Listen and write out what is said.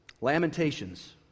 Lamentations